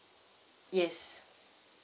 yes